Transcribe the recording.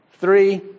Three